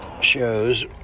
shows